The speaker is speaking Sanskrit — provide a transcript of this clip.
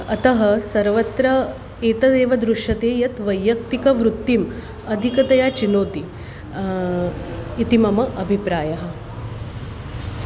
अतः सर्वत्र एतदेव दृश्यते यत् वैयक्तिकवृत्तिम् अधिकतया चिनोति इति मम अभिप्रायः